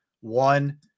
One